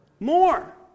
more